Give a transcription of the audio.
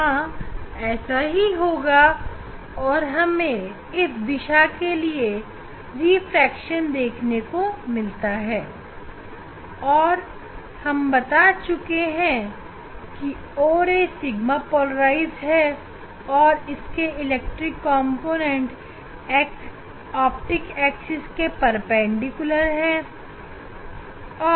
हां ऐसा ही होता है और हमें इस दिशा के लिए रिफ्रैक्शन देखने को मिलता है और हम बता सकते हैं कि o ray sigma polarised light और इसके इलेक्ट्रिक कॉम्पोनेंट ऑप्टिक एक्सिस के परपेंडिकुलर है